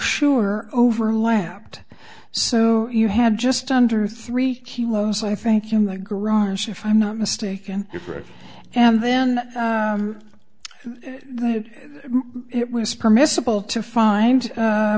sure overlapped so you had just under three kilos i thank you my garage if i'm not mistaken and then it was permissible to find